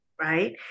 right